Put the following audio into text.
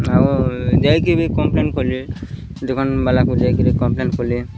ଆଉ ଯାଇ କିରି ବି କମ୍ପ୍ଲେନ୍ କଲି ଦୋକାନ ବାଲାକୁ ଯାଇ କରି କମ୍ପ୍ଲେନ୍ କଲି